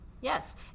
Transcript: Yes